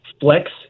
flex